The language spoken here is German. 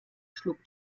schlug